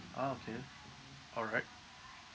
ah okay all right